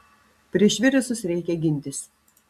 prieš virusus reikia gintis